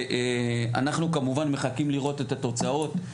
אנחנו כמובן מחכים לראות את התוצאות.